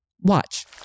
watch